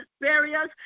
barriers